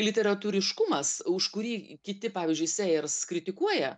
literatūriškumas už kurį kiti pavyzdžiui sejers kritikuoja